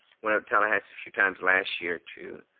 went up to tallahassee a few times last year to